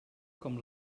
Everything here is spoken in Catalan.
com